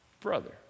brother